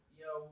yo